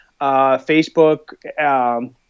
Facebook